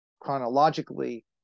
chronologically